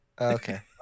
Okay